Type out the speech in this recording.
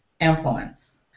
influence